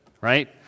right